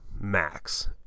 max